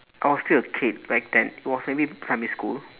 I was still a kid back then it was maybe primary school